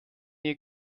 ihr